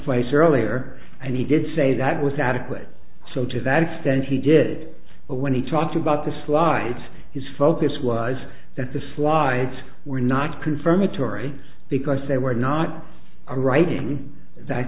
place earlier and he did say that it was adequate so to that extent he did but when he talked about the slides his focus was that the slides were not confirmatory because they were not a writing that